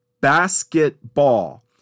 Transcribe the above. basketball